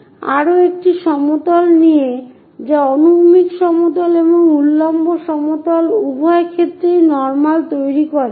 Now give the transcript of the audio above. আরও একটি সমতল নিন যা অনুভূমিক সমতল এবং উল্লম্ব সমতল উভয় ক্ষেত্রেই নরমাল তৈরি করে